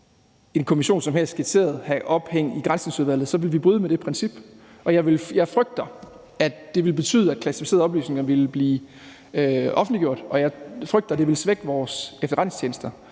en kommission, som her skitseret, have ophæng i Granskningsudvalget, så ville vi bryde med det princip, og jeg frygter, at det ville betyde, at klassificerede oplysninger ville blive offentliggjort, og jeg frygter, at det ville svække vores efterretningstjenester.